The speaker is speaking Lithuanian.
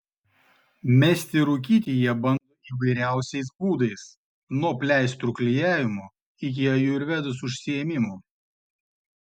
mesti rūkyti jie bando įvairiausiais būdais nuo pleistrų klijavimo iki ajurvedos užsiėmimų